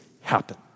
happen